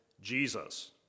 Jesus